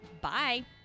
Bye